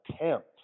attempts